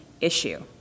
issue